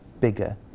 bigger